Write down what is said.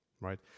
right